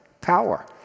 power